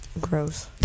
Gross